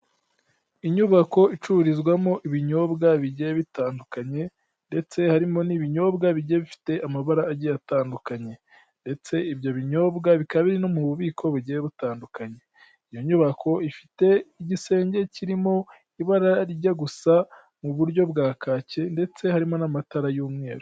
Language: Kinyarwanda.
Inyubako icururizwamo ibinyobwa bigiye bitandukanye ndetse harimo n'ibinyobwa bigiye bifite amabara atandukanye ndetse ibyo binyobwa bikaba biri no mu bubiko bugiye butandukanye, iyo nyubako ifite igisenge kirimo ibara ajya gusa mu buryo bwa kacyi ndetse harimo n'amatara y'umweru.